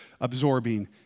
absorbing